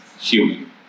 human